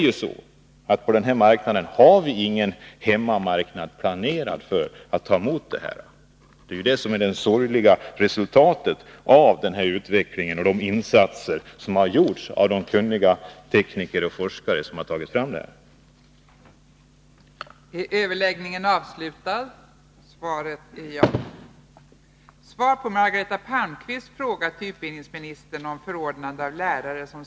Vi har inte någon hemmamarknad planerad för att ta emot det här. Det är det sorgliga resultatet av de insatser som har gjorts av de kunniga tekniker och forskare som har tagit fram dessa processer.